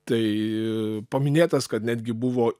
tai paminėtas kad netgi buvo